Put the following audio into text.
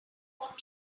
want